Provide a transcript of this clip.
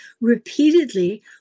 repeatedly